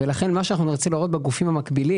לכן מה שאנחנו נרצה לראות בגופים המקבילים,